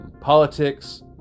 Politics